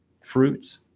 fruits